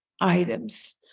items